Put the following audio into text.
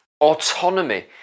autonomy